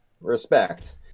respect